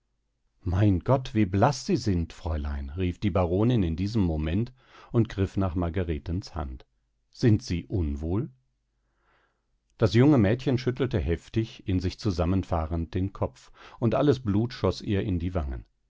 mein gott wie blaß sie sind fräulein rief die baronin in diesem moment und griff nach margaretens hand sind sie unwohl das junge mädchen schüttelte heftig in sich zusammenfahrend den kopf und alles blut schoß ihr in die wangen